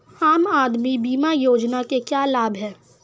आम आदमी बीमा योजना के क्या लाभ हैं?